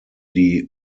die